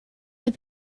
the